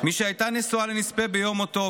מי שהייתה נשואה לנספה ביום מותו,